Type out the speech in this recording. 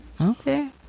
Okay